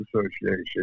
association